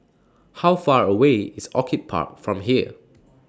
How Far away IS Orchid Park from here